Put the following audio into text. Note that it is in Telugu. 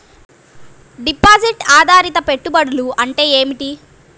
డిపాజిట్ ఆధారిత పెట్టుబడులు అంటే ఏమిటి?